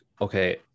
okay